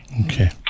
Okay